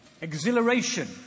exhilaration